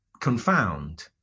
confound